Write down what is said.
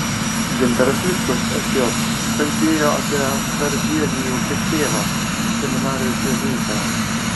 gintaras vitkus sj kalbėjo apie sarbievijų kaip tėvą seminarijos jėzuitą